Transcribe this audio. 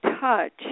touch